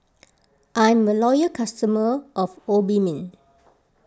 I'm a loyal customer of Obimin